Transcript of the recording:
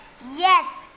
Yes